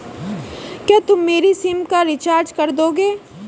क्या तुम मेरी सिम का रिचार्ज कर दोगे?